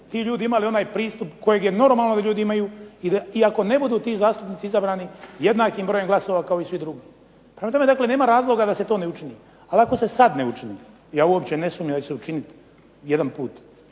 ti ljudi imali onaj pristup kojeg je normalno da ljudi imaju i ako ne budu ti zastupnici izabrani jednakim brojem glasova kao i svi drugi. Prema tome dakle nema razloga da se to ne učini, ali ako se sad ne učini ja uopće ne sumnjam da će se učiniti jedanput